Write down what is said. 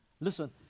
listen